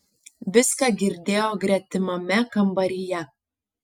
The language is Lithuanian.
viską girdėjo gretimame kambaryje